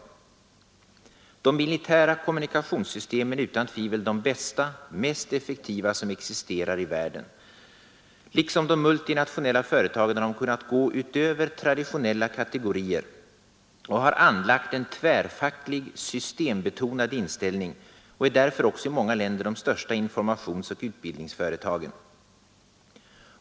De militära kommunikationssystemen är utan tvivel de bästa, mest effektiva som existerar i världen. Liksom de multinationella företagen har de kunnat gå utöver traditionella kategorier och har anlagt en tvärfacklig, system-betonad inställning och är därför också i många länder de största informationsoch utbildningsföretagen.